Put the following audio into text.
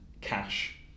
cash